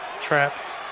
Trapped